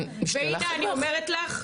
והנה אני אומרת לך,